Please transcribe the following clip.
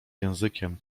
językiem